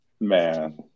Man